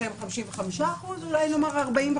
אז הם אומרים: תודה רבה,